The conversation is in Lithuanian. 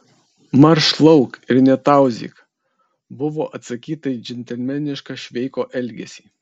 marš lauk ir netauzyk buvo atsakyta į džentelmenišką šveiko elgesį